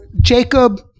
Jacob